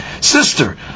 sister